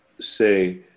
say